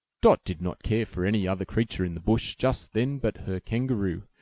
dot did not care for any other creature in the bush just then but her kangaroo,